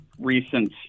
recent